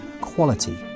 quality